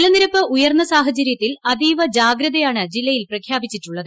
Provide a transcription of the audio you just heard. ജലനിരപ്പ് ഉയർന്ന സാഹചര്യത്തിൽ അതീവ ജാഗ്ലാതയാണ് ജില്ലയിൽ പ്രഖ്യാപിച്ചിട്ടുള്ളത്